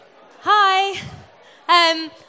Hi